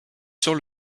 sur